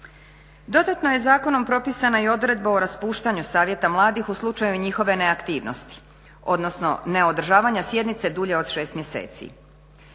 Dodatno je zakonom propisana i odredba o raspuštanju Savjeta mladih u slučaju njihove neaktivnosti, odnosno neodržavanja sjednice dulje od šest mjeseci.